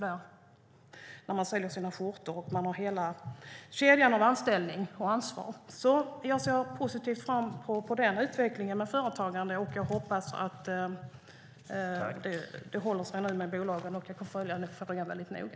De säljer skjortor, och de har hela kedjan med anställning och ansvar. Jag ser positivt på den utvecklingen för företagande. Jag hoppas att det håller sig nu med bolagen, och jag kommer att följa frågan noga.